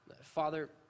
Father